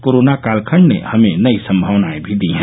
corona कालखंड ने हमें नई सम्मावनाएं भी दी हैं